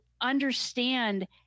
understand